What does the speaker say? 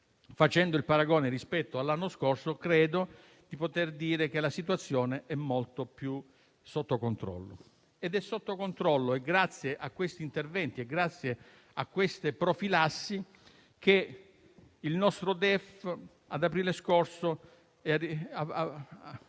facendo il paragone rispetto all'anno scorso, credo di poter dire che la situazione è molto più sotto controllo. Ed è grazie a questi interventi, grazie alle norme messe in campo, che il nostro DEF, ad aprile scorso, ha